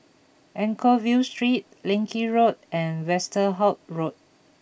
Anchorvale Street Leng Kee Road and Westerhout Road